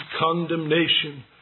condemnation